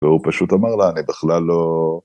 ‫והוא פשוט אמר לה, ‫אני בכלל לא...